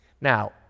Now